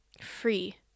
free